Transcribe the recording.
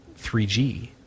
3G